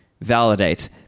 validate